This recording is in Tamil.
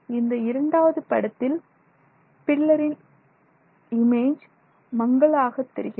இந்த இரண்டாவது படத்தில் பில்லரின் இமேஜ் மங்கலாக தெரிகிறது